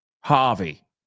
Harvey